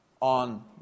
on